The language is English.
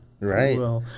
Right